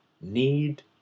need